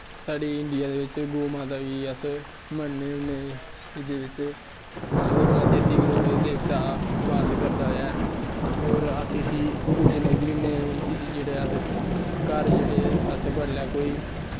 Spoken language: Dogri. साढ़े इंडिया दे बिच्च गौ माता होई अस मन्नने होन्नें एह्दे बिच्च आखदे भला तेत्ती करोड़ देवता बास करदा और इस्सी अस पूजने बी होन्नें इस्सी अस घर जेह्ड़े अस बडलै कोई